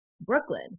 Brooklyn